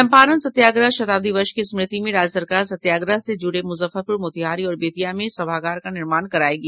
चंपारण सत्याग्रह शताब्दी वर्ष की स्मृति में राज्य सरकार सत्याग्रह से जुड़े मूजफ्फरपूर मोतिहारी और बेत्तिया में सभागार का निर्माण करायेगी